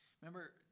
Remember